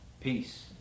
Peace